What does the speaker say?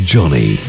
Johnny